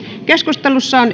keskustelussa on